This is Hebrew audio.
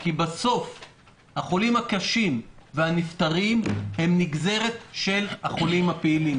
כי בסוף החולים הקשים והנפטרים הם נגזרת של החולים הפעילים.